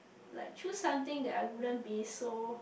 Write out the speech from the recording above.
like choose something that I wouldn't be so